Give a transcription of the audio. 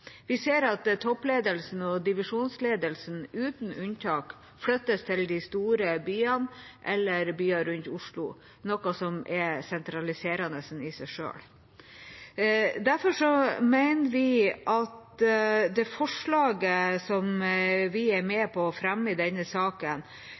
Vi ser at toppledelsen og divisjonsledelsen uten unntak flytter til de store byene eller byer rundt Oslo, noe som er sentraliserende i seg selv. Derfor mener vi at det forslaget som vi er med